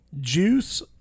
juice